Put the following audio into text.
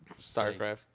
Starcraft